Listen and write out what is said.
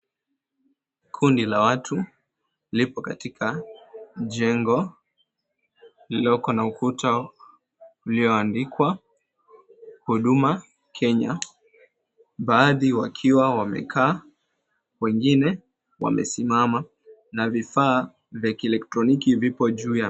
Kundi la watu, lipo katika jengo, liliko na ukuta ulioandikwa, Huduma Kenya. Baadhi wakiwa wamekaa, wengine wamesimama. Na vifaa vya kielektroniki vipo juu ya meza.